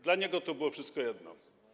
Dla niego to było wszystko jedno.